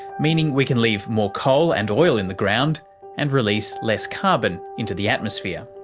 meaning we can leave more coal and oil in the ground and release less carbon into the atmosphere.